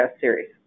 series